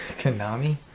Konami